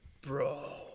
Bro